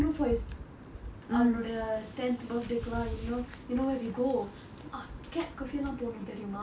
so you know for his அவனுடைய:avanudaya tenth birthday க்கு எல்லாம்:kku ellaam you know you know where we go ah cat cafe